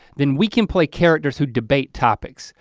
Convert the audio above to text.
then we can play characters who debate topics.